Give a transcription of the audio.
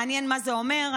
מעניין מה זה אומר,